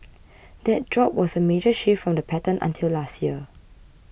that drop was a major shift from the pattern until last year